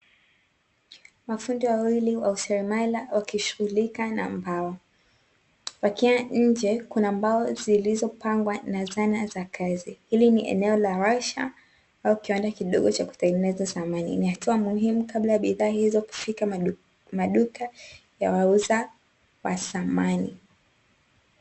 Mafundi wawili wa useremala wakishughulika na mbao, wakiwa nje kuna mbao zilizopangwa na zana za kazi. Hili ni eneo la warsha au kiwanda kidogo cha kutengeneza samani. Ni hatua muhimu kabla ya bidhaa hizo kufika maduka ya wauza wa samani.